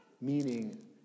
meaning